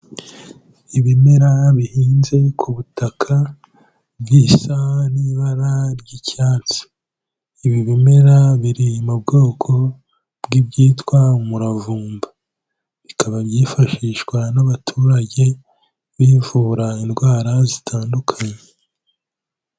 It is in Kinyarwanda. Ibimera bihinze ku butaka bisa n'ibara ry'icyatsi, ibi bimera biri mu bwoko bw'ibyitwa umuravumba, bikaba byifashishwa n'abaturage bivura indwara zitandukanye.